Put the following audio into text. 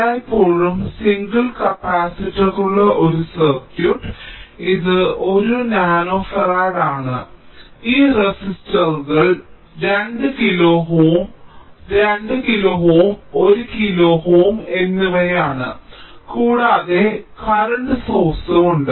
എല്ലായ്പ്പോഴും സിംഗിൾ കപ്പാസിറ്ററുള്ള ഒരു സർക്യൂട്ട് ഇത് 1 നാനോഫറാഡ് ആണ് ഈ റെസിസ്റ്ററുകൾ 2 കിലോ Ω 2 കിലോ Ω 1 കിലോ Ω എന്നിവയാണ് കൂടാതെ എനിക്ക് കറന്റ് സോഴ്സ്ഉം ഉണ്ട്